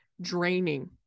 draining